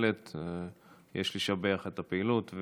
בהחלט יש לשבח את הפעילות,